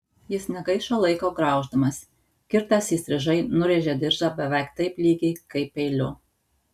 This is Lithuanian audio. jis negaišo laiko grauždamas kirtęs įstrižai nurėžė diržą beveik taip lygiai kaip peiliu